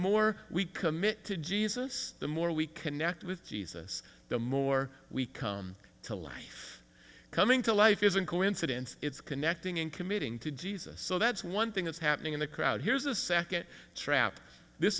more we commit to jesus the more we connect with jesus the more we come to life coming to life isn't coincidence it's connecting and committing to jesus so that's one thing that's happening in the crowd here's a second trap this